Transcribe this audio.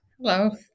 Hello